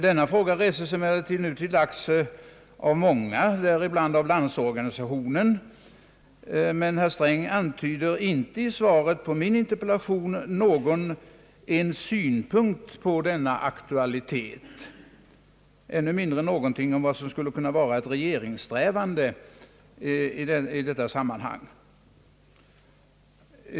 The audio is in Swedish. Den frågan reses emellertid nu till dags av många — bl.a. av Landsorganisationen — men herr Sträng antyder i svaret på min interpellation inte ens någon synpunkt på denna aktualitet, än mindre någonting som skulle kunna innebära en strävan från regeringens sida i detta sammanhang.